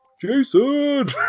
Jason